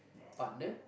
partner